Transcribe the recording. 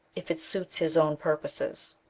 if it suit his own purposes.